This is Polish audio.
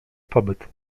pobyt